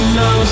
no